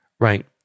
Right